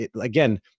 again